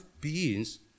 beings